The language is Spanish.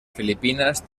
filipinas